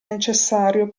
necessario